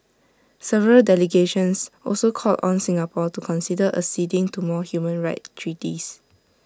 several delegations also called on Singapore to consider acceding to more human rights treaties